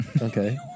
Okay